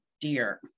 dear